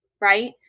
right